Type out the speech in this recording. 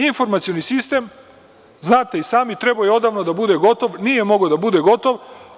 Informacioni sistem, znate i sami trebao je odavno da bude gotov, nije mogao da bude gotov.